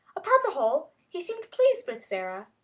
upon the whole, he seemed pleased with sara.